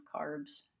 carbs